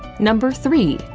number three.